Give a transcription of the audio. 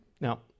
Now